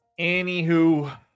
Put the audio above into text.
Anywho